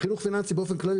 בחינוך פיננסי באופן כללי,